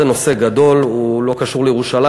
זה נושא גדול, והוא לא קשור לירושלים.